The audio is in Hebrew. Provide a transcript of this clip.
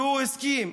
והוא הסכים.